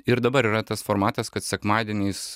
ir dabar yra tas formatas kad sekmadieniais